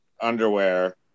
Underwear